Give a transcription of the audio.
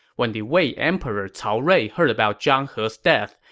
when the wei emperor cao rui heard about zhang he's death,